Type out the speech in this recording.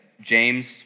James